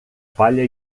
palla